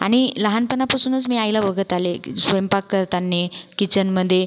आणि लहानपणापासूनच मी आईला बघत आले की स्वयंपाक करताना किचनमध्ये